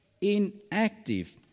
Inactive